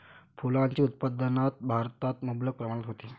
फुलांचे उत्पादन भारतात मुबलक प्रमाणात होते